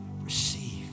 Receive